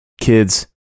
kids